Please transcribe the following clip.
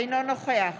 אינו נוכח